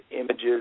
images